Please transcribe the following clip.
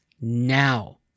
now